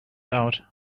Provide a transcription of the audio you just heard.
out